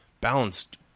balanced